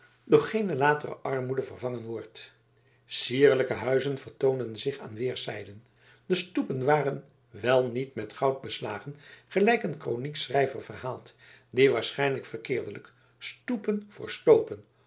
door geene latere armoede vervangen worde sierlijke huizen vertoonden zich aan weerszijden de stoepen waren wel niet met goud beslagen gelijk een kroniekschrijver verhaalt die waarschijnlijk verkeerdelijk stoepen voor stoopen